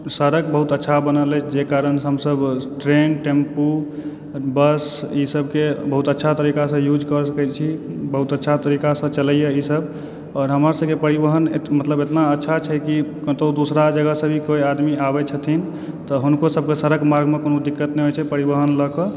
सड़क बहुत अच्छा बनल अछि जाहि कारण हमसभ ट्रेन टेम्पू बस ई सभके बहुत अच्छा तरिकासँ यूज कऽ सकैत छी बहुत अच्छा तरिकासँ चलैया ई सभ आओर हमरासभके परिवहन मतलब एतना अच्छा छै कि कतौ दोसरा जगह से भी कोइ आदमी आबै छथिन तऽ हुनको सभक सड़क मार्गमे कोनो तरहक दिक्कत नहि छै परिवहन लऽ कऽ